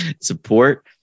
support